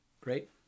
Great